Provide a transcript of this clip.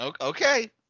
Okay